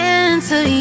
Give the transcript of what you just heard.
answer